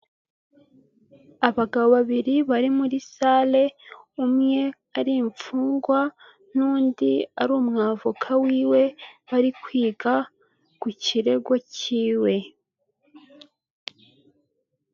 Abagabo babiri bari muri salle, umwe ari imfungwa n'undi ari umwavoka wiwe, bari kwiga ku kirego cyiwe.